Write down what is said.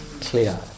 clear